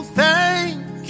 thank